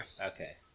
Okay